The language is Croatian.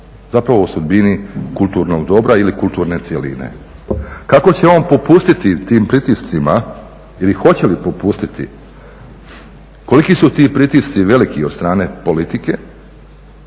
o sudbini kulturnog dobra ili kulturne cjeline. Kako će on popustiti tim pritiscima ili hoće li popustiti, koliki su ti pritisci veliki od strane politike